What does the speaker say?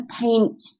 paint